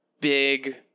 big